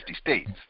states